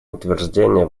утверждения